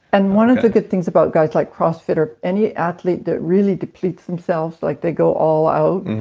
and one of the good things about guys like cross fitter, any athlete that really depletes themselves, like they go all out,